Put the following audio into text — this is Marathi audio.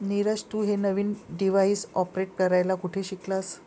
नीरज, तू हे नवीन डिव्हाइस ऑपरेट करायला कुठे शिकलास?